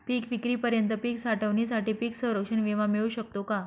पिकविक्रीपर्यंत पीक साठवणीसाठी पीक संरक्षण विमा मिळू शकतो का?